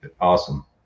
awesome